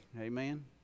Amen